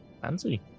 Fancy